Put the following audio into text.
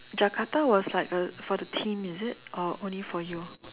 Jakarta was like uh for the team is it or only for you